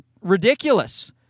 ridiculous